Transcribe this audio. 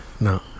No